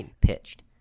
Pitched